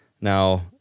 Now